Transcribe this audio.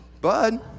Bud